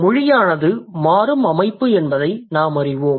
மொழியானது மாறும் அமைப்பு என்பதை நாம் அறிவோம்